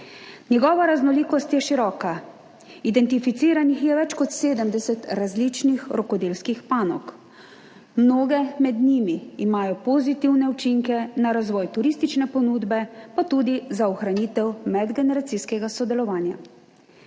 Njegova raznolikost je široka, identificiranih je več kot 70 različnih rokodelskih panog. Mnoge med njimi imajo pozitivne učinke na razvoj turistične ponudbe, pa tudi za ohranitev medgeneracijskega sodelovanja.